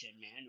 man